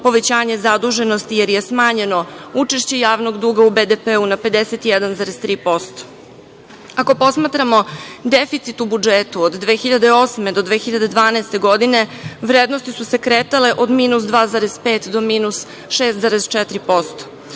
povećanje zaduženosti, jer je smanjeno učešće javnog duga u BDP na 51,3%.Ako posmatramo deficit u budžetu od 2008. do 2012. godine, vrednosti su se kretale od minus 2,5 do minus 6,4%.